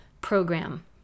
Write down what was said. Program